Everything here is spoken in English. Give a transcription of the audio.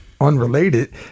unrelated